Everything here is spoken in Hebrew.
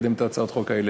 לקדם את הצעות החוק האלה.